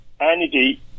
energy